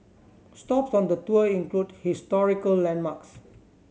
stops on the tour include historical landmarks